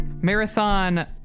Marathon